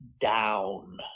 down